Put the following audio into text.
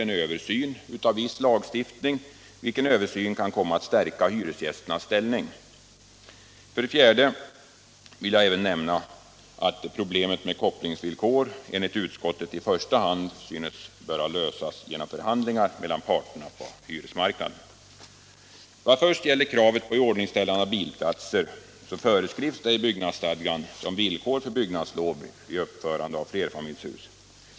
En översyn av viss lagstiftning pågår vilken kan komma att stärka hyresgästernas ställning. 4. Problemet med kopplingsvillkor synes enligt utskottet i första hand böra lösas genom förhandlingar mellan parterna på hyresmarknaden. Ilordningställande av bilplatser föreskrivs i byggnadsstadgan som villkor för byggnadslov vid uppförande av flerfamiljshus.